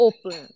Open